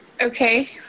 Okay